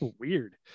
Weird